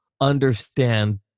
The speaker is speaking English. understand